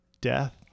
death